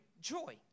joy